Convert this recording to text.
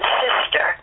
sister